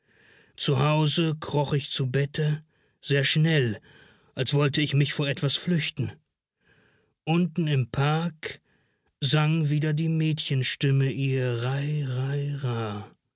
zu hause kroch ich zu bette sehr schnell als wollte ich mich vor etwas flüchten unten im park sang wieder die mädchenstimme ihr